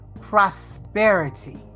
prosperity